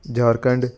Jharkhand